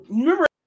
remember